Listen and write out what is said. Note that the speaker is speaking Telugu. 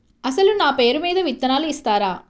అసలు నా పేరు మీద విత్తనాలు ఇస్తారా?